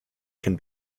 can